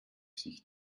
sich